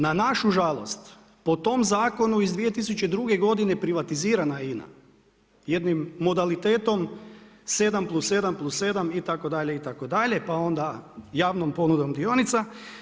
Na našu žalost po tom zakonu iz 2002. godine privatizirana je INA jednim modalitetom 7+7+7 itd. itd. pa onda javnom ponudom dionica.